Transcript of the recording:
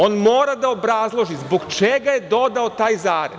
On mora da obrazloži zbog čega je dodao taj zarez.